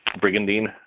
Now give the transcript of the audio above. brigandine